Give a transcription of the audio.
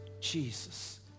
Jesus